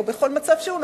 או בכל מצב שהוא,